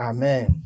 Amen